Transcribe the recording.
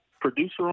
producer